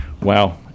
Wow